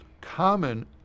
common